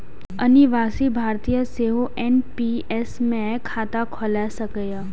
अनिवासी भारतीय सेहो एन.पी.एस मे खाता खोलाए सकैए